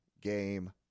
game